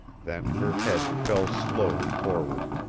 then her head fell slowly forward.